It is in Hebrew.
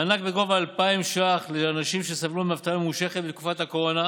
מענק בגובה 2,000 ש"ח לאנשים שסבלו מאבטלה ממושכת בתקופת הקורונה,